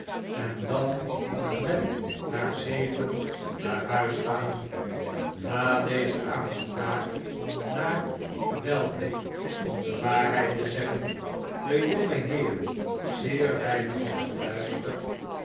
en dan met haar zegen naar huis gaan na deze aanspraak naar welke om de waarheid te zeggen de onge heer zeer weinig had geluisterd